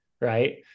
right